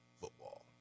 football